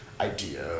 idea